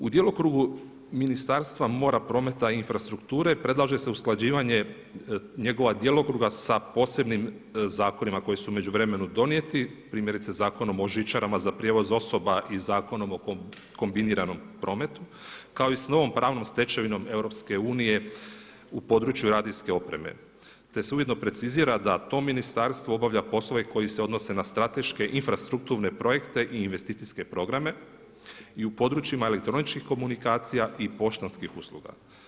U djelokrugu Ministarstva mora, prometa i infrastrukture predlaže se usklađivanje njegova djelokruga sa posebnim zakonima koji su u međuvremenu donijeti, primjerice Zakonom o žičarama za prijevoz osoba i Zakonom o kombiniranom prometu kao i s novom pravnom stečevinom EU u području radijske opreme, te se ujedno precizira da to ministarstvo obavlja poslove koji se odnose na strateške infrastrukturne projekte i investicijske programe i u područjima elektroničkih komunikacija i poštanskih usluga.